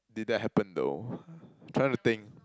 did that happen though trying to think